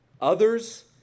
Others